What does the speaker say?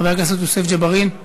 חבר הכנסת יוסף ג'בארין.